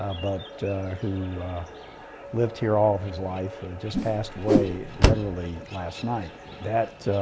ah but who lived here all of his life, just passed away literally last night, that